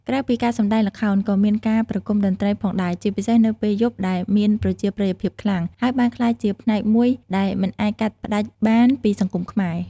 ក្រៅពីការសម្ដែងល្ខោន ក៏មានការប្រគំតន្ត្រីផងដែរ ជាពិសេសនៅពេលយប់ដែលមានប្រជាប្រិយភាពខ្លាំង ហើយបានក្លាយជាផ្នែកមួយដែលមិនអាចកាត់ផ្ដាច់បានពីសង្គមខ្មែរ។